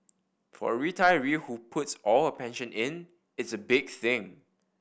for a retiree who puts all her pension in it's a big thing